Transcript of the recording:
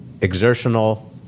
exertional